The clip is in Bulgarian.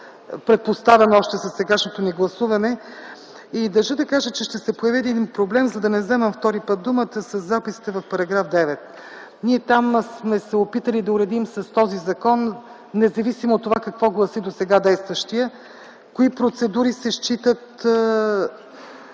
предпоставено още със сегашното ни гласуване. Държа да кажа, че ще се появи един проблем (за да не вземам втори път думата) със записите в § 9. Там сме се опитали да уредим с този закон, независимо от това какво гласи досега действащият, кои процедури се считат